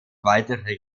weitere